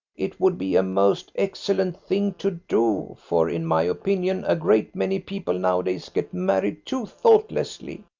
it would be a most excellent thing to do, for in my opinion a great many people nowadays get married too thoughtlessly.